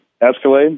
Escalade